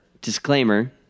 disclaimer